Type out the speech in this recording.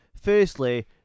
Firstly